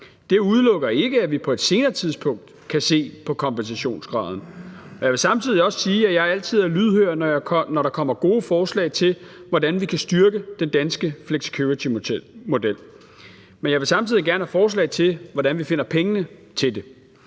Det udelukker ikke, at vi på et senere tidspunkt kan se på kompensationsgraden. Jeg vil også sige, at jeg altid er lydhør, når der kommer gode forslag til, hvordan vi kan styrke den danske flexicuritymodel, men jeg vil samtidig gerne have forslag til, hvordan vi finder pengene til det.